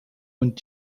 und